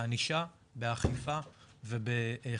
בענישה, אכיפה וחקיקה.